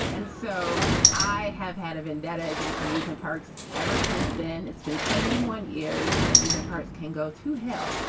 and so i have had a vendetta against amusement parks ever since then. it's been twenty one years and amusement parks can go to hell.